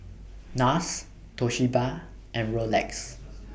Nars Toshiba and Rolex